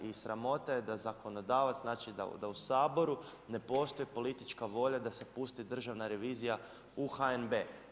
I sramota je da zakonodavac, znači da u Saboru ne postoji politička volja da se pusti Državna revizija u HNB.